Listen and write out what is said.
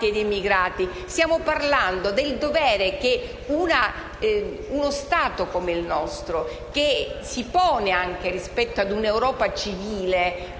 ed emigrati; stiamo parlando del dovere di uno Stato come il nostro che, rispetto ad un'Europa civile,